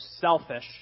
selfish